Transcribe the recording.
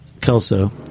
Kelso